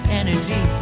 energy